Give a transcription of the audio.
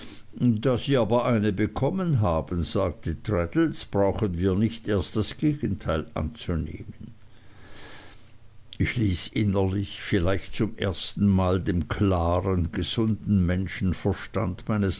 da sie aber eine bekommen haben sagte traddles brauchen wir nicht erst das gegenteil anzunehmen ich ließ innerlich vielleicht zum ersten mal dem klaren gesunden menschenverstande meines